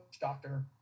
doctor